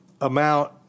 amount